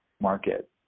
market